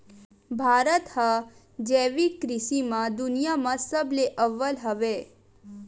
भारत हा जैविक कृषि मा दुनिया मा सबले अव्वल हवे